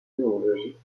zoologiste